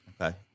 Okay